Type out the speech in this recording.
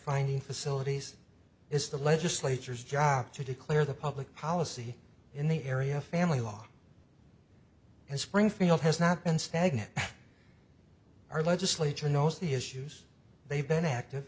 finding facilities is the legislature's job to declare the public policy in the area family law and springfield has not been stagnant or legislature knows the issues they've been active